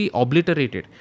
obliterated